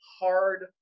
hard